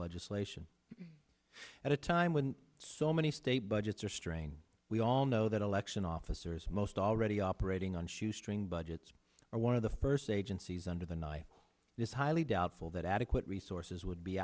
legislation at a time when so many state budgets are strain we all know that election officers most already operating on shoestring budgets are one of the first agencies under the nih this highly doubtful that adequate resources would be